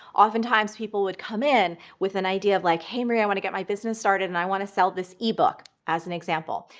often times people would come in with an idea of like, hey marie, i want to get my business started and i want to sell this e-book, as an example.